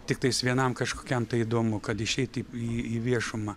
tiktais vienam kažkokiam tai įdomu kad išeiti į į viešumą